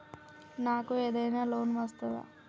నాకు ఏదైనా లోన్ వస్తదా?